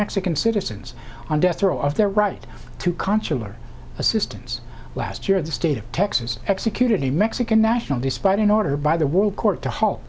mexican citizens on death row of their right to consular assistance last year the state of texas executed a mexican national despite an order by the world court to halt